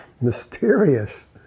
mysterious